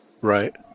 right